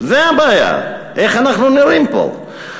זו הבעיה, איך אנחנו נראים פה.